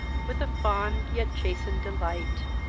with a fond, yet chastened delight,